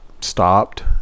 stopped